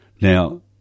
Now